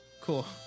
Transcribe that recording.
Cool